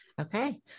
Okay